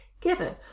given